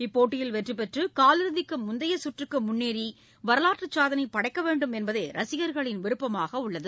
இப்போட்டியில் வெற்றி பெற்று காலிறுதிக்கு முந்தையச் சுற்றுக்கு முன்னேறி வரலாற்றுச் சாதனை படைக்க வேண்டும் என்பதே ரசிகர்களின் விருப்பமாக உள்ளது